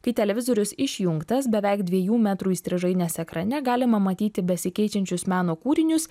kai televizorius išjungtas beveik dviejų metrų įstrižainės ekrane galima matyti besikeičiančius meno kūrinius